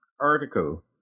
article